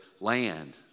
land